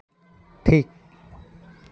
ᱴᱷᱤᱠ